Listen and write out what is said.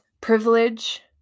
privilege